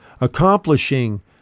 accomplishing